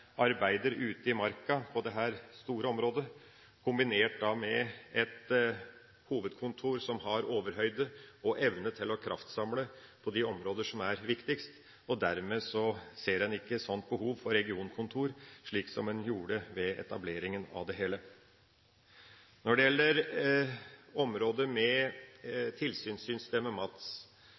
har overblikk og evne til å samle kreftene på de områder som er viktigst. Dermed vil en ikke se et slikt behov for regionkontor, som man gjorde ved etableringa av det hele. Når det gjelder området med tilsynssystemet MATS,